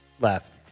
Left